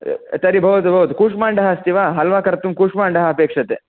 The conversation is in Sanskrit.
तर्हि भवतु भवतु कूष्माण्डः अस्ति वा हल्वा कर्तुं कूष्माण्डः अपेक्ष्यते